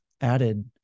added